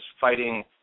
fighting